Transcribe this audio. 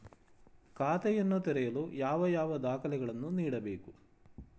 ಖಾತೆಯನ್ನು ತೆರೆಯಲು ಯಾವ ಯಾವ ದಾಖಲೆಗಳನ್ನು ನೀಡಬೇಕು?